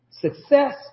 success